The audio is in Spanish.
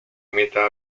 limita